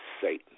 Satan